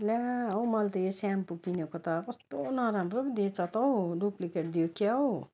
ला हो मैले त यो सेम्पो किनेको त कस्तो नराम्रो पो हो दिएछ त हौ डुप्लिकेट दियो क्या हो